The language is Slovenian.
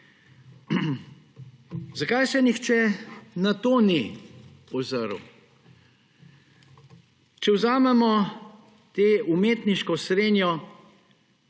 Zakaj se nihče na to ni ozrl? Če vzamemo to umetniško srenjo,